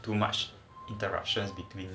too much interruptions between